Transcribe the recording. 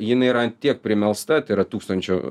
jinai yra ant tiek primelsta tai yra tūkstančio